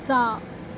सहा